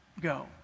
go